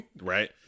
right